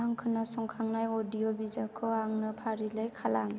आं खोनासंखांनाय अडिय' बिजाबखौ आंनो फारिलाइ खालाम